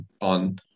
on